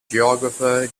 geographer